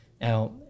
Now